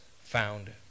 found